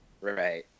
Right